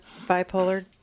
bipolar